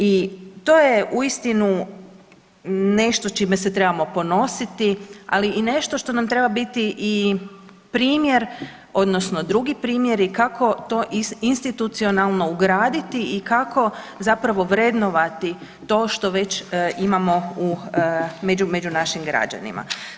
I to je uistinu nešto s čime se trebamo ponositi, ali i nešto što nam treba biti i primjer odnosno drugi primjeri kako to institucionalno ugraditi i kako zapravo vrednovati to što već imamo među našim građanima.